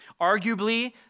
Arguably